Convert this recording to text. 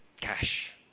cash